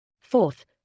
Fourth